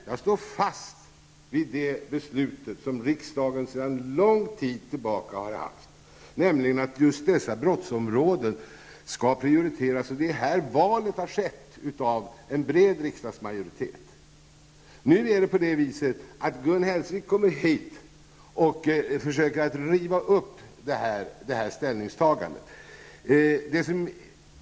Jag står fast vid det beslut som riksdagen fattade för länge sedan, nämligen att just dessa brottsområden skall prioriteras, och denna prioritering har gjorts av en bred riksdagsmajoritet. Gun Hellsvik försöker nu riva upp detta ställningstagande.